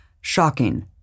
Shocking